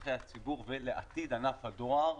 לצורכי הציבור ולעתיד ענף הדואר,